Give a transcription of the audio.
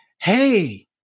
hey